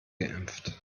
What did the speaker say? geimpft